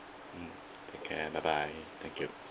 mm take care bye bye thank you